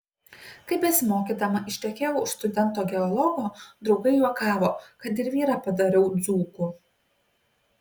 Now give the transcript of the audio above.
kai besimokydama ištekėjau už studento geologo draugai juokavo kad ir vyrą padariau dzūku